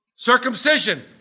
Circumcision